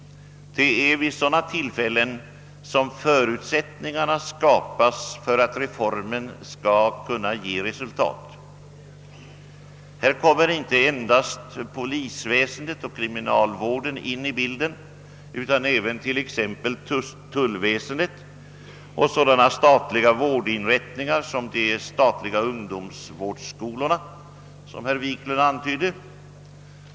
Det är vid sådana tillfällen som förutsättningarna skapas för att reformer av detta slag skall kunna ge resultat. Härvidlag kommer inte endast polisväsendet och kriminalvården in i bilden utan även, såsom herr Wiklund antydde, t.ex. tullväsendet och sådana vårdinrättningar som de statliga ungdomsvårdsskolorna.